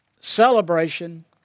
celebration